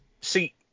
see